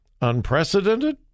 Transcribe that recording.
Unprecedented